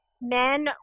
men